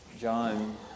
John